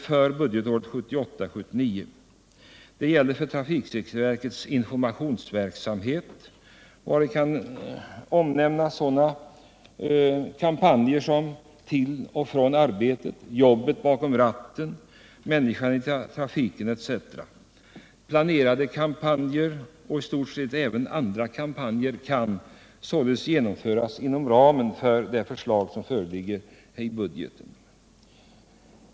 för budgetåret 1978/79. Det gäller för trafiksäkerhetsverkets informationsverksamhet, vari kan omnämnas sådana kampanjer som ”Till och från arbetet”, ” Jobbet bakom ratten” ,”Människan i trafiken” , etc. Planerade kampanjer och i stort sett även andra kampanjer kan således genomföras inom ramen för det förslag som föreligger i budgeten.